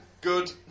Good